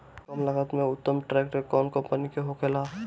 कम लागत में उत्तम ट्रैक्टर कउन कम्पनी के होखेला?